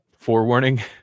forewarning